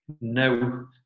no